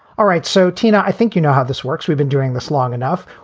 all right. so, tina, i think you know how this works. we've been doing this long enough.